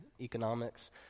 economics